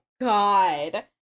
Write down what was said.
God